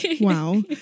wow